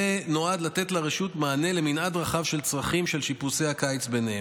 זה נועד לתת לרשות למנעד רחב של צרכים ולשיפוצי הקיץ בהם.